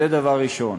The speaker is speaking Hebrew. אז זה דבר ראשון.